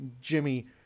Jimmy